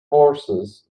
horses